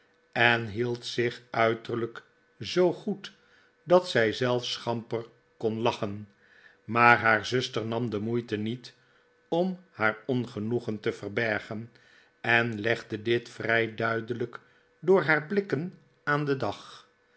en hield zich uiterlijk zoo goed dat zij zelfs schamper kon lachen maar haar zuster nam de moeite niet om haar ongenoegen te verbergen en legde dit vrij duidelijk door haar blikken aan den dag